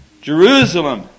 Jerusalem